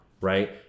right